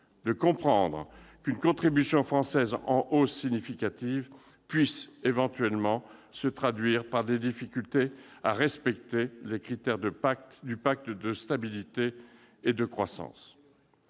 de comprendre qu'une contribution française en hausse significative puisse éventuellement se traduire par des difficultés à respecter les critères du pacte de stabilité et de croissance.